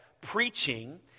preaching